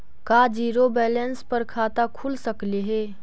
का zero balance पर खाता खुल सकले हे?